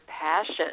passion